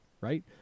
right